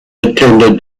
attended